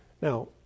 Now